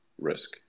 risk